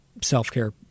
self-care